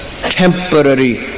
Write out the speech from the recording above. temporary